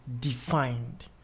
defined